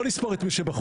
לא לספור את מי שבחוץ,